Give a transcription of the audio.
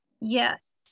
yes